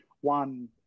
one